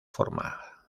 forma